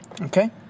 Okay